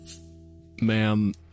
ma'am